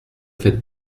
faites